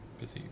busy